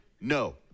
no